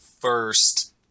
first